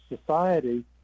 society